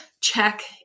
check